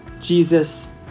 Jesus